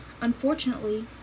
Unfortunately